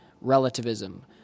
relativism